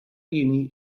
uni